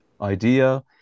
idea